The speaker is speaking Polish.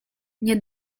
nie